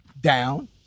Down